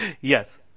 Yes